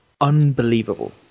unbelievable